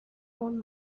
own